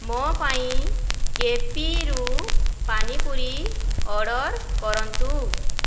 ମୋ ପାଇଁ କେପିରୁ ପାନିପୁରି ଅର୍ଡ଼ର କରନ୍ତୁ